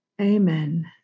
Amen